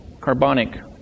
carbonic